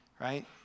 right